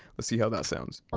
see how that sounds.